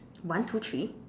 one two three